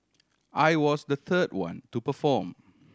I was the third one to perform